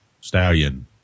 stallion